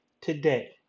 today